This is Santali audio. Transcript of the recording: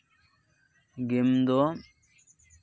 ᱜᱮᱢ ᱫᱚ